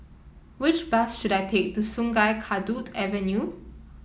which bus should I take to Sungei Kadut Avenue